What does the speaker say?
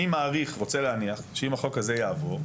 אני רוצה להניח שאם החוק הזה יעבור,